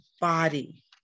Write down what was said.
body